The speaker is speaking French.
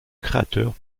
créateur